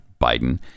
Biden